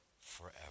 forever